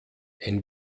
ein